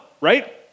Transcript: right